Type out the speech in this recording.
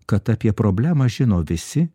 kad apie problemą žino visi